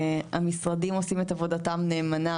המשרדים עושים את עבודתם נאמנה